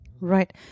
Right